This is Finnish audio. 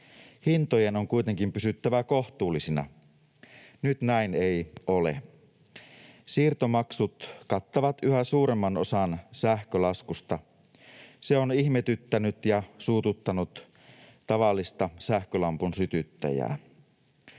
Hintojen on kuitenkin pysyttävä kohtuullisina. Nyt näin ei ole. Siirtomaksut kattavat yhä suuremman osan sähkölaskusta. Se on ihmetyttänyt ja suututtanut tavallista sähkölampun sytyttäjää.